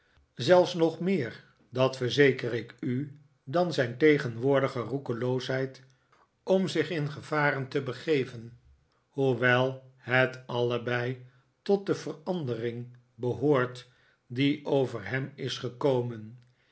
zelfs nog meer dat verzeker ik u dan zijn tegenwoordige roekeloosheid om zich in gevaren te begeven hoewel het allebei tot de verandering behoort die over hem is gekomen